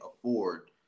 afford